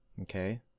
Okay